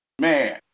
Man